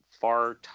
far